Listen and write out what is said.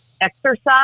exercise